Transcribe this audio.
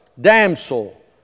Damsel